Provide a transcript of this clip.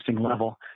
level